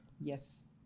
Yes